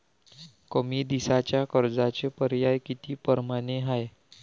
कमी दिसाच्या कर्जाचे पर्याय किती परमाने हाय?